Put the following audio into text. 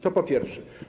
To po pierwsze.